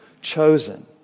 chosen